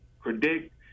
predict